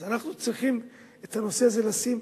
אז אנחנו צריכים את הנושא הזה לשים,